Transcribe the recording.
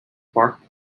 bark